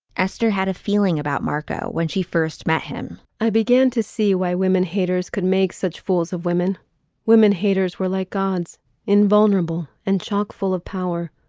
esther had a feeling about marco when she first met him i began to see why women haters could make such fools of women women haters were like gods invulnerable and chock full of power.